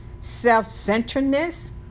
self-centeredness